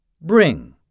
Bring